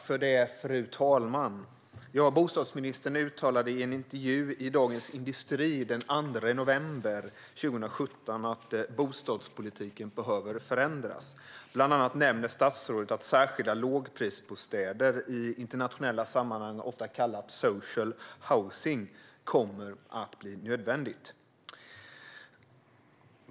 Fru talman! Bostadsministern uttalade i en intervju i Dagens industri den 2 november 2017 att bostadspolitiken behöver förändras. Bland annat nämner statsrådet att det kommer att bli nödvändigt med särskilda lågprisbostäder, i internationella sammanhang ofta kallade social housing.